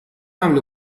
حمل